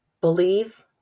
Believe